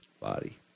body